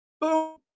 Boom